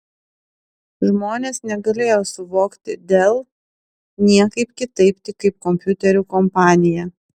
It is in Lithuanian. žmonės negalėjo suvokti dell niekaip kitaip tik kaip kompiuterių kompaniją